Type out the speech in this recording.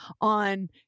on